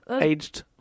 aged